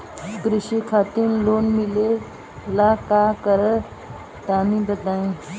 कृषि खातिर लोन मिले ला का करि तनि बताई?